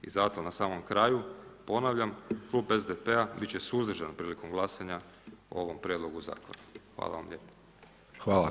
I zato na samom kraju, ponavljam, Klub SDP-a biti će suzdržan prilikom glasanja o ovom prijedlogu zakona.